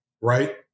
Right